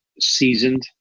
seasoned